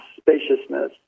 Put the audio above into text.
spaciousness